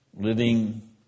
living